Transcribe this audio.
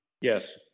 Yes